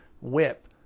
whip